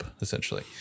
essentially